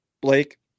Blake